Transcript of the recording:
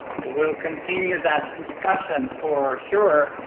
we'll continue that discussion for sure.